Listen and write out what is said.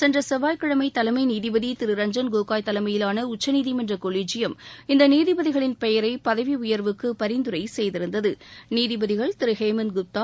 சென்ற செவ்வாய்கிழமை தலைமை நீதிபதி திரு ரஞ்ஜன் கோகோய் தலைமையிலாள உச்சநீதிமன்ற கொலிஜியம் இந்த நீதிபதிகளின் பெயரை பதவி உயர்வுக்கு பரிந்துரை செய்திருந்தது நீதிபதிகள் திரு ஹேமந்த் குப்தா